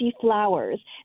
Flowers